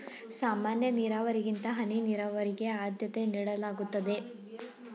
ಸಾಮಾನ್ಯ ನೀರಾವರಿಗಿಂತ ಹನಿ ನೀರಾವರಿಗೆ ಆದ್ಯತೆ ನೀಡಲಾಗುತ್ತದೆ